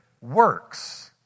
works